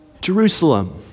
Jerusalem